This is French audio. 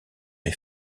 est